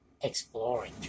exploring